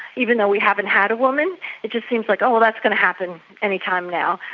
even though we haven't had a woman. it just seems like, oh well, that's going to happen any time now,